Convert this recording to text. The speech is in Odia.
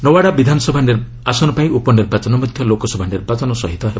ନୱାଡ଼ା ବିଧାନସଭା ଆସନପାଇଁ ଉପନିର୍ବାଚନ ମଧ୍ୟ ଲୋକସଭା ନିର୍ବାଚନ ସହ ହେବ